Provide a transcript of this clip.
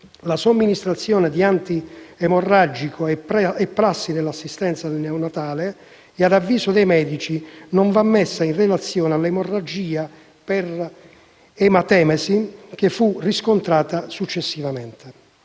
la somministrazione di antiemorragico è prassi nell'assistenza neonatale e, ad avviso dei medici, non va messa in relazione all'emorragia per ematemesi che fu riscontrata successivamente.